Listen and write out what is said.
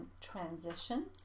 transition